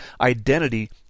identity